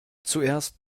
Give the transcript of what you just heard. zuerst